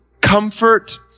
comfort